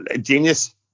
genius